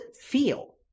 feel